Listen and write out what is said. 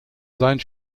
seinen